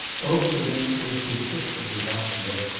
over against her, persistently watching her,